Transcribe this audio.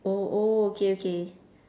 oh oh okay okay